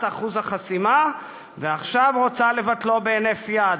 אחוז החסימה ועכשיו רוצה לבטלו בהינף יד,